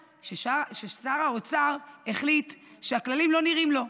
ששר האוצר החליט שהכללים לא נראים לו,